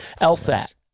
LSAT